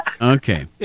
Okay